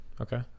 Okay